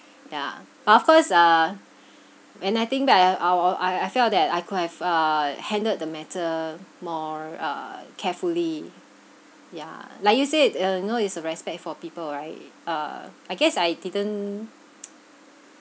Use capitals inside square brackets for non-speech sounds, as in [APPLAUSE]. ya but of course ah when I think back I I will I I felt that I could have uh handled the matter more uh carefully yeah like you said uh you know it's a respect for people right uh I guess I didn't [NOISE]